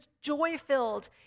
joy-filled